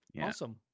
awesome